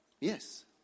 yes